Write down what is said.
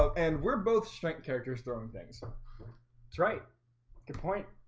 and we're both strength characters throwing things so it's right good point